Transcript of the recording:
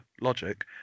Logic